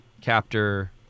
captor